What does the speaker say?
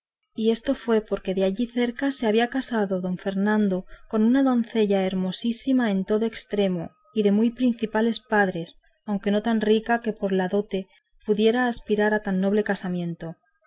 en una ciudad allí cerca se había casado don fernando con una doncella hermosísima en todo estremo y de muy principales padres aunque no tan rica que por la dote pudiera aspirar a tan noble casamiento